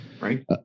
Right